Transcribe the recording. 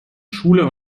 schule